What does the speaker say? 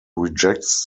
rejects